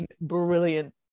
Brilliant